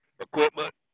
equipment